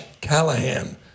Callahan